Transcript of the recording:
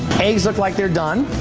hayes look like they're done.